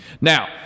Now